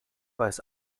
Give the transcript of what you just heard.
weiß